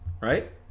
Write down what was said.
right